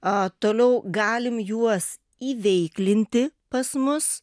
a toliau galim juos įveiklinti pas mus